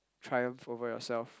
triumph over yourself